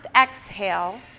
exhale